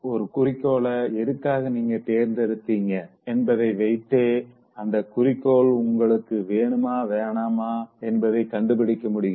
ஒரு குறிக்கோள எதுக்காக நீங்க தேர்ந்தெடுத்தீங்க என்பதை வைத்ததே அந்த குறிக்கோள் உங்களுக்கு வேணுமா வேணாமா என்பதை கண்டுபிடிக்க முடியும்